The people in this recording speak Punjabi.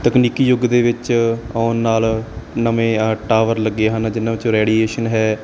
ਤਕਨੀਕੀ ਯੁੱਗ ਦੇ ਵਿੱਚ ਆਉਣ ਨਾਲ ਨਵੇਂ ਆਹ ਟਾਵਰ ਲੱਗੇ ਹਨ ਜਿਹਨਾਂ ਵਿੱਚੋਂ ਰੈਡੀਏਸ਼ਨ ਹੈ